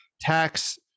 tax